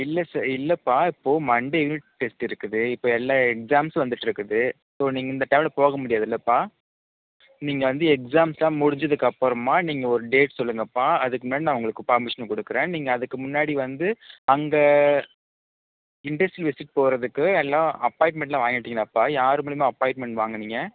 இல்லை சே இல்லைப்பா இப்போ மண்டே யூனிட் டெஸ்ட் இருக்குது இப்போ எல்லாம் எக்ஸாம்ஸும் வந்துகிட்ருக்குது ஸோ நீங்கள் இந்த டைம் போக முடியாது இல்லப்பா நீங்கள் வந்து எக்ஸாம்ஸ்லாம் முடிஞ்சதுக்கு அப்பறமா நீங்கள் ஒரு டேட் சொல்லுங்கப்பா அதுக்கு முன்னாடி நான் உங்களுக்கு பர்மிஷன் கொடுக்குறேன் நீங்கள் அதுக்கு முன்னாடி வந்து அங்கே இண்டஸ்ட்ரியல் விசிட் போவதுக்கு எல்லாம் அப்பாய்ன்ட்மென்ட்லாம் வாங்கிட்டிங்களாப்பா யார் மூலியமாக அப்பாய்ன்ட்மென்ட் வாங்குனீங்க